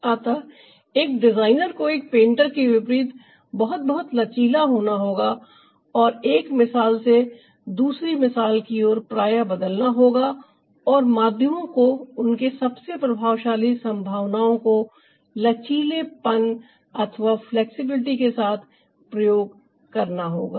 अतः एक डिजाइनर को एक पेंटर के विपरीत बहुत बहुत लचीला होना होगा और एक मिसाल से दूसरी मिसाल की ओर प्रायः बदलना होगा और माध्यमों को उनके सबसे प्रभावशाली संभावनाओं को लचीलेपन के साथ प्रयोग करना होगा